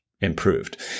improved